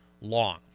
long